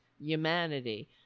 humanity